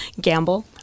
Gamble